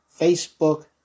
Facebook